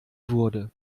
wurde